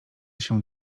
się